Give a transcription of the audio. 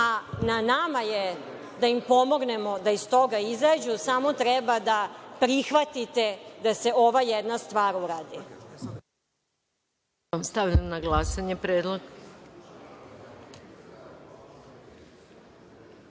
a na nama je da im pomognemo da iz toga izađu. Samo treba da prihvatite da se ova jedna stvar uradi.